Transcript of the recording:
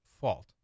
fault